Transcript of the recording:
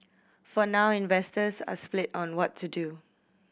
for now investors are split on what to do